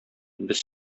без